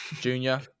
junior